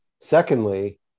Secondly